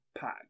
Pack